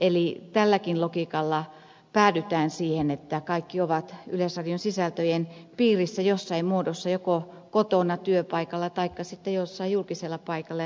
eli tälläkin logiikalla päädytään siihen että kaikki ovat yleisradion sisältöjen piirissä jossain muodossa joko kotona työpaikalla taikka sitten jossain julkisella paikalla